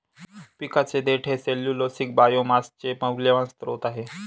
पिकाचे देठ हे सेल्यूलोसिक बायोमासचे मौल्यवान स्त्रोत आहे